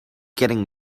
getting